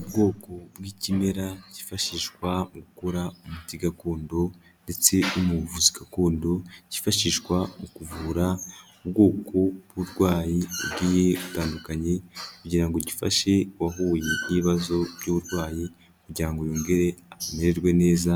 Ubwoko bw'ikimera kifashishwa gukora umuti gakondo ndetse no mu buvuzi gakondo, cyifashishwa mu kuvura ubwoko bw'uburwayi bugiye butandukanye, kugira ngo gifashe uwahuye n'ibibazo by'uburwayi kugira ngo yongere amererwe neza